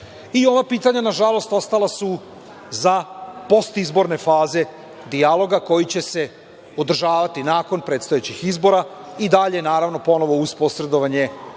pitanja na žalost ostala su za postizborne faze dijaloga koji će se održavati nakon predstojećih izbora i dalje, naravno, uz posredovanje Evropsko